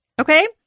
Okay